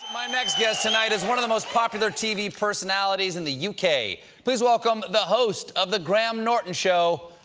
my next guest tonight is one of the most popular tv personalities in the u k. please welcome the host of the graham norton show.